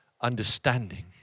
understanding